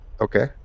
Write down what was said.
Okay